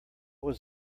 was